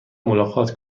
ملاقات